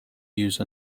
use